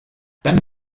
dann